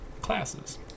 classes